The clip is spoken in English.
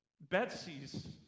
Betsy's